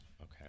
Okay